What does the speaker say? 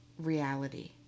reality